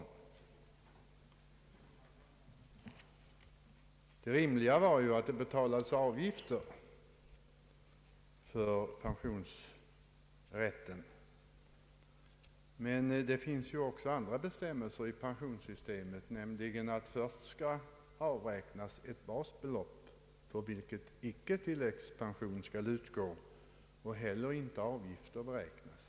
Det rimliga är ju att under sådana förhållanden det betalas avgifter för pensionsrätten. Men det finns bestämmelser i pensionssystemet, som innebär att från inkomsten skall avräknas ett basbelopp på vilket tilläggspen sion icke skall utgå och icke heller avgifter beräknas.